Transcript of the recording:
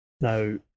Now